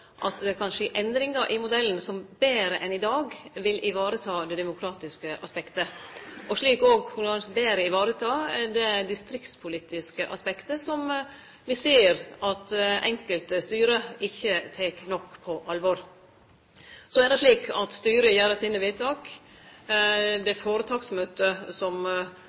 at det kan skje endringar i modellen som betre enn i dag vil vareta det demokratiske aspektet, og slik òg betre vil vareta det distriktspolitiske aspektet som me ser at nokre styre ikkje tek nok på alvor. Så er det slik at styret gjer sine vedtak. Det er føretaksmøtet som